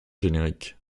générique